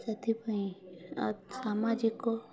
ସେଥିପାଇଁ ଆଉ ସାମାଜିକ